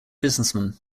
businessman